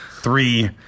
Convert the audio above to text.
three